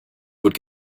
would